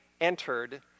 entered